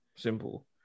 simple